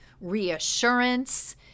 reassurance